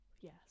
yes